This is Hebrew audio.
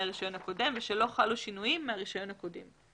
הרישיון הקודם ושלא חלו שינויים מהרישיון הקודם.